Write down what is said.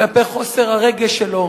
כלפי חוסר הרגש שלו,